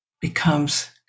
becomes